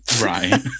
Right